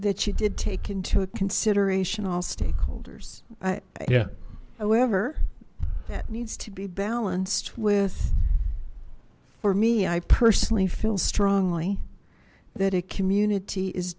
that you did take into consideration all stakeholders yeah however that needs to be balanced with for me i personally feel strongly that a community is